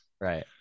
Right